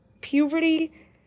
puberty